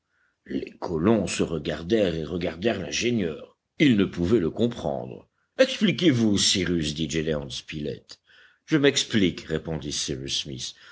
les colons se regardèrent et regardèrent l'ingénieur ils ne pouvaient le comprendre expliquez-vous cyrus dit gédéon spilett je m'explique répondit cyrus smith